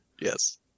Yes